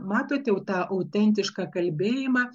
matot jau tą autentišką kalbėjimą